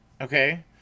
Okay